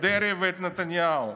את דרעי ואת נתניהו,